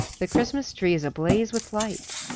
the christmas tree is ablaze with lights.